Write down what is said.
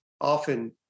often